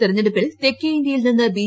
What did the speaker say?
തെരഞ്ഞെടുപ്പിൽ തെക്കെ ഇന്ത്യയിൽ നിന്ന് ബി